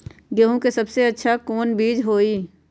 गेंहू के सबसे अच्छा कौन बीज होई?